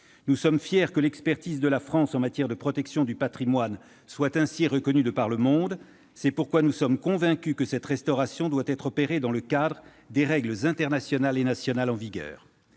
Nous sommes fiers que l'expertise de la France en matière de protection du patrimoine soit ainsi reconnue de par le monde. C'est pourquoi nous sommes convaincus que cette restauration doit être opérée dans le cadre des règles internationales et nationales en vigueur.